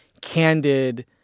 candid